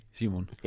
Simon